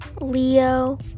leo